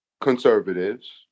conservatives